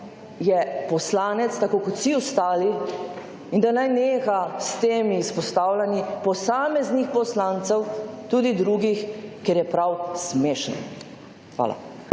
je poslanec tako kot vsi ostali in da naj neha s temi izpostavljanji posameznih poslancev, tudi drugih, ker je prav smešno. Hvala.